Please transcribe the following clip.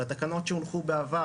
התקנות שהונחו בעבר,